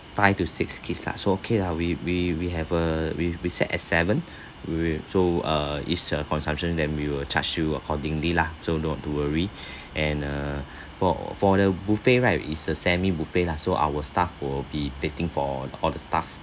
five to six kids lah so okay lah we we we have uh we we set at seven we so uh each uh consumption then we will charge you accordingly lah so not to worry and uh for for the buffet right is a semi buffet lah so our staff will be plating for all the stuff